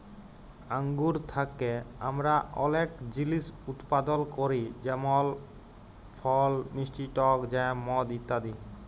আঙ্গুর থ্যাকে আমরা অলেক জিলিস উৎপাদল ক্যরি যেমল ফল, মিষ্টি টক জ্যাম, মদ ইত্যাদি